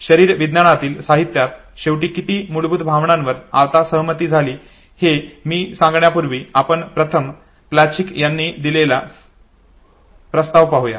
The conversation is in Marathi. शरीर विज्ञानातील साहित्यात शेवटी किती मूलभूत भावनांवर आता सहमती झाली हे मी सांगण्यापूर्वी आपण प्रथम प्लचिक यांनी दिलेला प्रस्ताव पाहूया